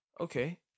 Okay